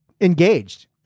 engaged